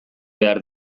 behar